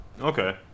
Okay